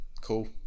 cool